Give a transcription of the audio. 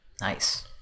Nice